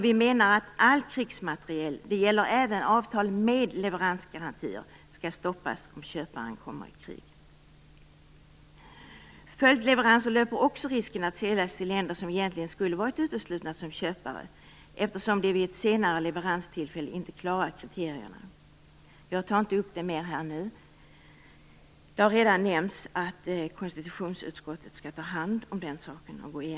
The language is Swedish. Vi menar att all krigsmateriel - det gäller även avtal med leveransgarantier - skall stoppas om köparen kommer i krig. Beträffande följdleveranser finns också risken att produkter säljs till länder som egentligen skulle ha varit uteslutna som köpare, eftersom de vid ett senare leveranstillfälle inte klarar kriterierna. Jag tar inte upp den saken nu. Det har ju redan nämnts att konstitutionsutskottet skall ta hand om och gå igenom detta.